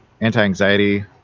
anti-anxiety